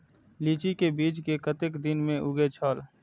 लीची के बीज कै कतेक दिन में उगे छल?